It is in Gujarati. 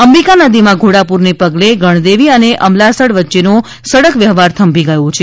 અંબિકા નદીમાં ઘોડાપૂરને પગલે ગણદેવી અને અમલસાડ વચ્ચેનો સડક વ્યવહાર થંભી ગયો છે